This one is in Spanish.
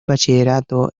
bachillerato